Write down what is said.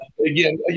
Again